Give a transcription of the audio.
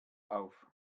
auf